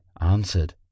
answered